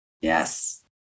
yes